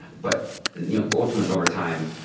but you know ultimately, over time,